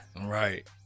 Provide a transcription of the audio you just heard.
Right